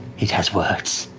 it has words.